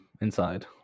inside